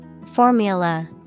Formula